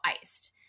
Iced